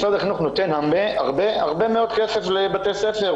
משרד החינוך נותן הרבה מאוד לבתי הספר.